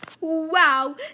Wow